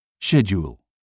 Schedule